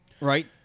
right